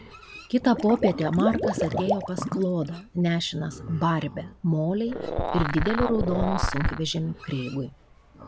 kitą popietę markas atėjo pas klodą nešinas barbe molei ir dideliu raudonu sunkvežimiu kreigui